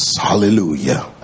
Hallelujah